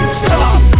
stop